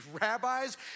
rabbis